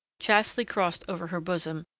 chastely crossed over her bosom,